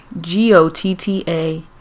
G-O-T-T-A